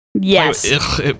Yes